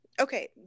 Okay